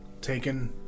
taken